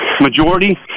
majority